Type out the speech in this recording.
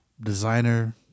designer